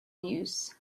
use